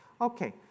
Okay